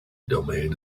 domain